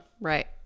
Right